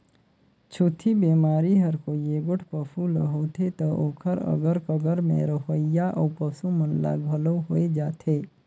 छूतही बेमारी हर कोई एगोट पसू ल होथे त ओखर अगर कगर में रहोइया अउ पसू मन ल घलो होय जाथे